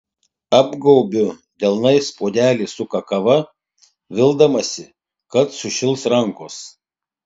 apgaubiu delnais puodelį su kakava vildamasi kad sušils rankos